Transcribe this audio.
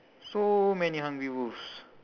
so many hungry wolves